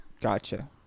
Gotcha